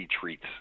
treats